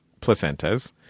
placentas